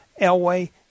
Elway